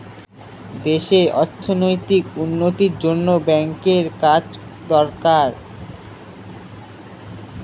দেশে অর্থনৈতিক উন্নতির জন্য ব্যাঙ্কের কাজ দরকার